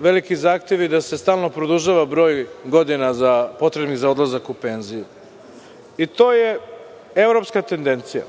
veliki zahtevi da se produžava broj godina potrebnih za odlazak u penziju i to je evropska tendencija.